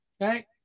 Okay